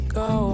go